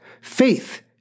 faith